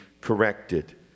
corrected